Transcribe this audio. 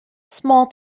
small